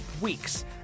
weeks